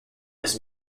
was